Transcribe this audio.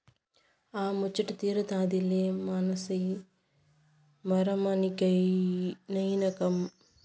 ఆ ముచ్చటా తీరతాదిలే మనసి మరమనినైనంక